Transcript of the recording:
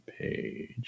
page